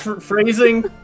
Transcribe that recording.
phrasing